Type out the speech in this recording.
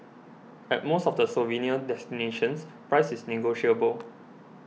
at most of the souvenir destinations price is negotiable